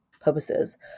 purposes